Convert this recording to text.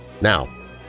Now